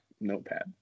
notepad